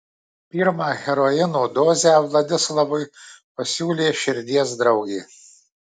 pirmą heroino dozę vladislavui pasiūlė širdies draugė